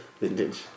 vintage